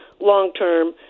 long-term